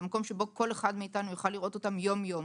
במקום בו כל אחד מאתנו יכול לראות אותם יום יום.